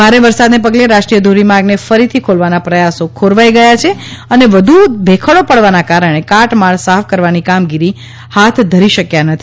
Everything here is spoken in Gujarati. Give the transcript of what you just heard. ભારે વરસાદને પગલે રાષ્ટ્રીય ધોરીમાર્ગને ફરીથી ખોલવાના પ્રયાસો ખોરવાઈ ગયા છે અને વધુ ભેખડો પાડવાના કારણે કાટમાળ સાફ કરવાની કામગીરી હાથ ધરી શક્યા નથી